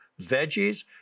veggies